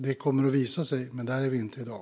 Det kommer att visa sig, men där är vi inte i dag.